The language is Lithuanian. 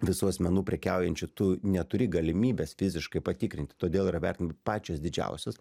visų asmenų prekiaujančių tu neturi galimybės fiziškai patikrinti todėl yra vertinama pačios didžiausios